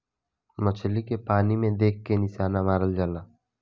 मछली के पानी में देख के निशाना मारल जाला